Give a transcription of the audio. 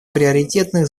приоритетных